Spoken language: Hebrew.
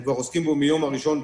הם כבר עוסקים בו מהיום הראשון,